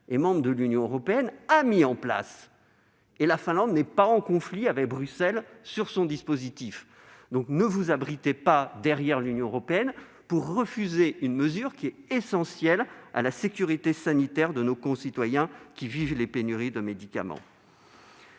bien membre de l'Union européenne, et elle n'est pas en conflit avec Bruxelles sur son dispositif. Ne vous abritez pas derrière l'Union européenne pour refuser une mesure essentielle à la sécurité sanitaire de nos concitoyens qui vivent les pénuries de médicaments.